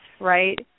right